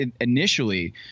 initially